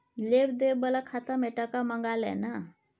लेब देब बला खाता मे टका मँगा लय ना